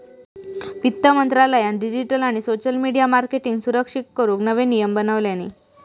वित्त मंत्रालयान डिजीटल आणि सोशल मिडीया मार्केटींगका सुरक्षित करूक नवे नियम बनवल्यानी